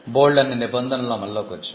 బోల్డన్ని నిబంధనలు అమల్లోకి వచ్చాయి